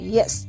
Yes